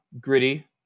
Gritty